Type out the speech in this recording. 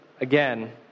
again